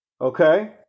okay